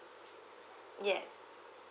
ya